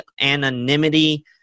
anonymity